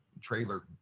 trailer